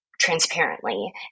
transparently